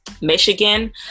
Michigan